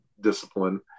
discipline